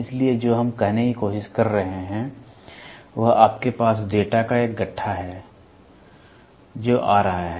इसलिए जो हम कहने की कोशिश कर रहे हैं वह आपके पास डेटा का एक गट्ठा है जो आ रहा है